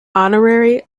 honorary